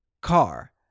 car